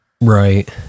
Right